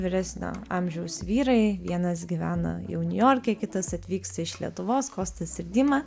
vyresnio amžiaus vyrai vienas gyvena jau niujorke kitas atvyksta iš lietuvos kostas ir dima